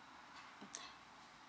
mm